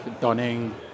donning